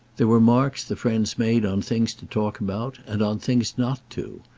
there were marks the friends made on things to talk about, and on things not to,